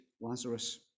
Lazarus